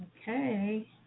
Okay